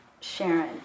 Sharon